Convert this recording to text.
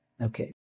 Okay